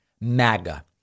MAGA